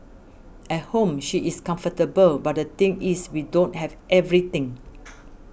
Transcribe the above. at home she is comfortable but the thing is we don't have everything